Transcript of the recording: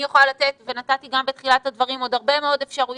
אני יכולה לתת ונתתי גם בתחילת הדברים עוד הרבה מאוד אפשרויות,